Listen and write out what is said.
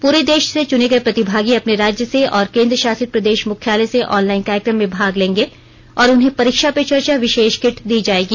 प्ररे देश से चुने गए प्रतिभागी अपने राज्य से और कें द्र शासित प्रदेश मुख्यालय से ऑनलाइन कार्य क्र म में भाग लेंगे और उन्हें परीक्षा पे चर्चा विशेष किट दी जाएगी